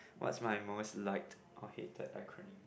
what's my most liked or hated acronym